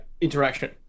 interaction